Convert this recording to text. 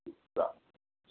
سلام